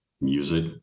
music